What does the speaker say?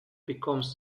becomes